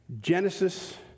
Genesis